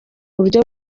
buryo